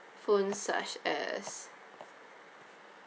phones such as